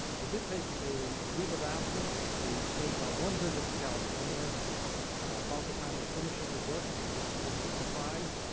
i did take a leave of absence to make my one visit to california about the time we were finishing the book in sixty four, sixty five.